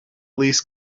least